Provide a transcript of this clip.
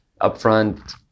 upfront